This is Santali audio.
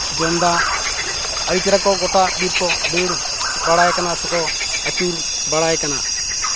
ᱡᱚᱢᱫᱟ ᱟᱹᱰᱤ ᱪᱮᱦᱨᱟ ᱠᱚ ᱜᱳᱴᱟ ᱵᱤᱨ ᱠᱚ ᱫᱟᱹᱲ ᱵᱟᱲᱟᱭ ᱠᱟᱱᱟ ᱥᱮᱠᱚ ᱟᱹᱪᱩᱨ ᱵᱟᱲᱟᱭ ᱠᱟᱱᱟ